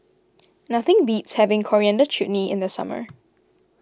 nothing beats having Coriander Chutney in the summer